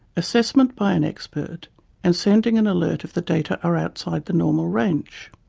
assessment by an expert and sending an alert if the data are outside the normal range.